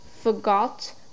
forgot